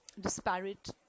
disparate